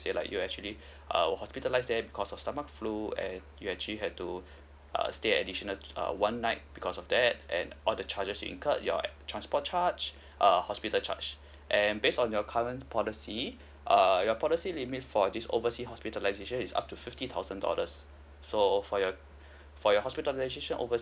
say like you actually err hospitalised there because of stomach flu and you actually had to uh stay additional uh one night because of that and all the charges incurred your a~ transport charge uh hospital charge and based on your current policy err your policy limit for this oversea hospitalisation is up to fifty thousand dollars so for your for your hospitalisation overseas